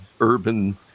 urban